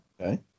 okay